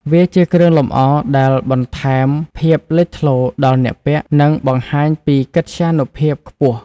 វាជាគ្រឿងលម្អដែលបន្ថែមភាពលេចធ្លោដល់អ្នកពាក់ និងបង្ហាញពីកិត្យានុភាពខ្ពស់។